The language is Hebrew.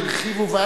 הוא אמר: הם הרחיבו,